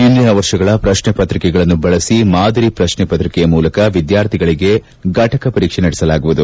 ಹಿಂದಿನ ವರ್ಷಗಳ ಪ್ರಶ್ನೆ ಪತ್ರಿಕೆಗಳನ್ನು ಬಳಸಿ ಮಾದರಿ ಪ್ರಶ್ನೆ ಪತ್ರಿಕೆಯ ಮೂಲಕ ವಿದ್ಯಾರ್ಥಿಗಳಿಗೆ ಫಟಕ ಪರೀಕ್ಷೆ ನಡೆಸಲಾಗುವುದು